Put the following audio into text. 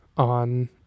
On